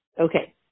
Okay